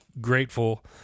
grateful